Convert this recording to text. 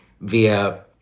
via